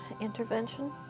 intervention